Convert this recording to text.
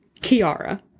Kiara